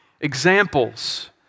examples